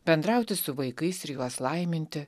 bendrauti su vaikais ir juos laiminti